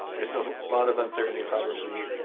there's a lot of uncertainty, probably,